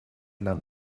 lernt